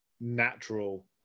natural